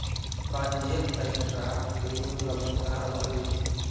वाणिज्यिक बैंक ग्राहक के ऋण उपलब्ध करावऽ हइ